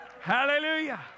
Hallelujah